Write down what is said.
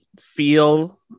feel